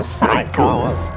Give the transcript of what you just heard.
cycles